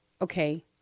okay